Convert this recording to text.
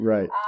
Right